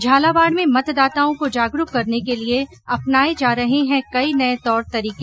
झालावाड़ में मतदाताओं को जागरूक करने के लिए अपनाए जा रहे है कई नए तौर तरीके